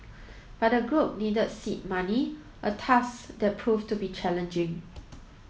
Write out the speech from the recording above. but the group needed seed money a task that proved to be challenging